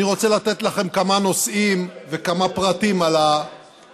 אני רוצה לתת לכם כמה נושאים וכמה פרטים על הנושא.